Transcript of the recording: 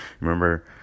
remember